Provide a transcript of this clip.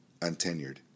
untenured